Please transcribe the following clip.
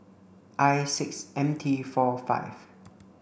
I six M T four five